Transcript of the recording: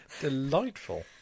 delightful